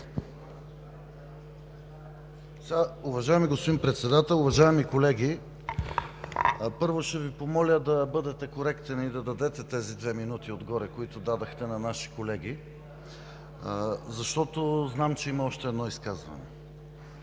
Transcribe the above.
Уважаеми господин Председател, уважаеми колеги! Първо ще Ви помоля да бъдете коректен и да дадете тези две минути отгоре, които дадохте на наши колеги, защото знам, че има още едно изказване.